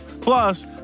Plus